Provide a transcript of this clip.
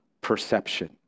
perception